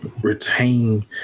retain